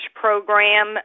Program